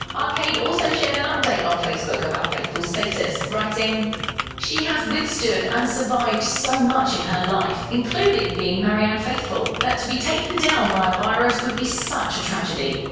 arcade also shared an update on facebook about faithfull's status, writing she has withstood and survived so much in her life including being marianne faithfull that to be taken down by a virus would be such a tragedy.